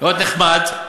מאוד נחמד,